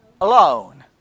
alone